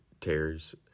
tears